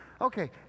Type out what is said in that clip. okay